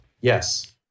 Yes